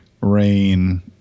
rain